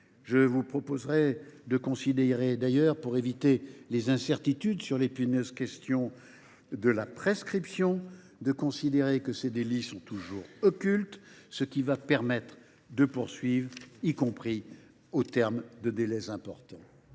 Je vous proposerai d’ailleurs, pour éviter les incertitudes sur l’épineuse question de la prescription, de considérer que ces délits sont toujours occultes, ce qui va permettre de les poursuivre, y compris lorsque des délais importants